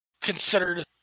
considered